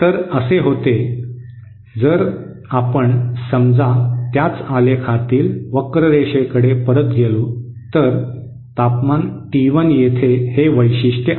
तर असे होते जर आपण समजा त्याच आलेखातील वक्ररेषेकडे परत गेलो तर तापमान T 1 येथे हे वैशिष्ट्य आहे